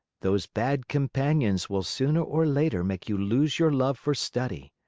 those bad companions will sooner or later make you lose your love for study.